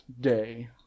day